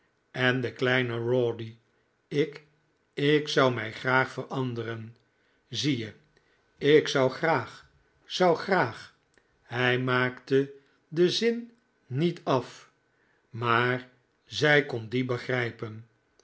en en kleinen rawdy ik ik zou mij graag veranderen zie je ik zou graag zou graag hij maakte den zin niet af maar zij kon dien begrijpen